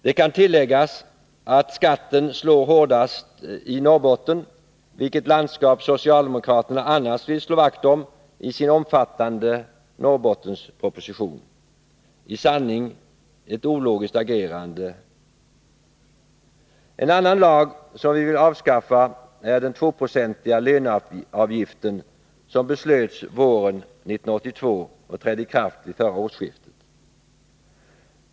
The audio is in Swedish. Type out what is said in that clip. Det kan tilläggas att skatten slår hårdast i Norrbotten, vilket landskap socialdemokraterna annars vill slå vakt om i sin omfattande Norrbottensproposition. I sanning ett ologiskt agerande! En annan lag som vi vill avskaffa är den 2-procentiga löneavgiften, som beslöts våren 1982 och trädde i kraft vid förra årsskiftet.